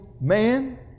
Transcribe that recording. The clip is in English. man